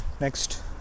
Next